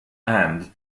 end